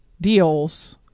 deals